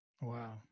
Wow